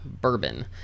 bourbon